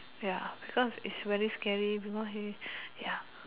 ya because is very scary because he ya